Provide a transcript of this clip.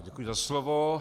Děkuji za slovo.